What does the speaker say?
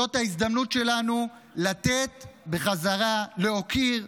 זאת ההזדמנות שלנו לתת בחזרה, להוקיר,